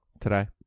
today